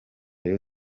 rayon